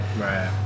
Right